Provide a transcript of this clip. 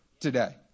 today